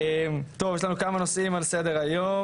יש לנו כמה נושאים על סדר-היום.